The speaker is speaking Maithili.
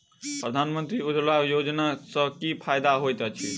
प्रधानमंत्री उज्जवला योजना सँ की फायदा होइत अछि?